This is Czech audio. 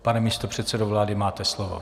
Pane místopředsedo vlády, máte slovo.